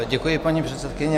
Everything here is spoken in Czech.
Děkuji, paní předsedkyně.